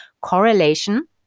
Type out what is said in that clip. correlation